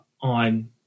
on